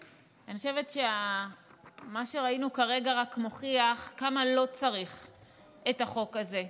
אני חושבת שמה שראינו כרגע רק מוכיח כמה לא צריך את החוק הזה,